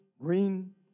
green